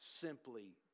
simply